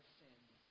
sins